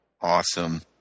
Awesome